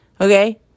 Okay